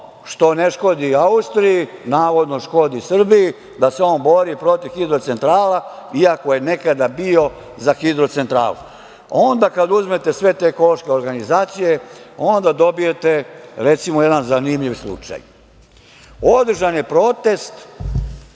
što ne škodi Austriji, navodno škodi Srbiji, da se on bori protiv hidrocentrala iako je nekada bio za hidrocentralu. Onda kad uzmete sve te ekološke organizacije, onda dobijete recimo jedan zanimljiv slučaj. Održan je protest